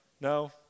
No